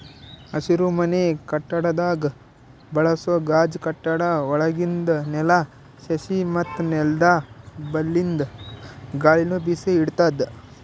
ಹಸಿರುಮನೆ ಕಟ್ಟಡದಾಗ್ ಬಳಸೋ ಗಾಜ್ ಕಟ್ಟಡ ಒಳಗಿಂದ್ ನೆಲ, ಸಸಿ ಮತ್ತ್ ನೆಲ್ದ ಬಲ್ಲಿಂದ್ ಗಾಳಿನು ಬಿಸಿ ಇಡ್ತದ್